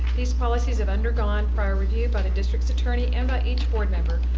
these policies have undergone prior review by the district's attorney and by each board member.